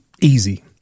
easy